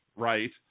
right